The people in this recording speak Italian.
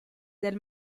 del